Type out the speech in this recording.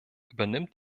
übernimmt